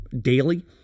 daily